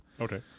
Okay